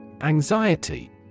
Anxiety